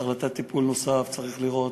צריך לתת טיפול נוסף, צריך לראות,